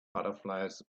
butterflies